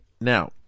Now